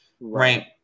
right